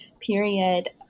period